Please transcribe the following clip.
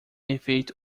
efeito